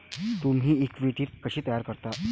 तुम्ही इक्विटी कशी तयार करता?